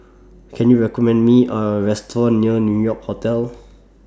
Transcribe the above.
Can YOU recommend Me A Restaurant near New York Hotel